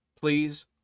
please